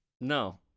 No